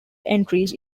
entries